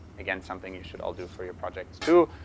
again, something you should all do for you projects too,